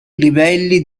livelli